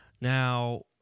Now